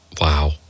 wow